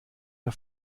der